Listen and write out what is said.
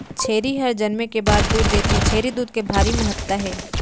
छेरी हर जनमे के बाद दूद देथे, छेरी दूद के भारी महत्ता हे